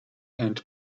and